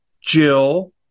Jill